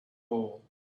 hole